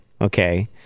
okay